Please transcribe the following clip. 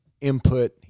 input